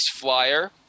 flyer